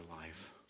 life